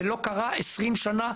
זה לא קרה 20 שנה,